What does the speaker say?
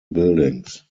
buildings